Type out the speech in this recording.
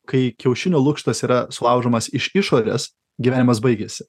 kai kiaušinio lukštas yra sulaužomas iš išorės gyvenimas baigiasi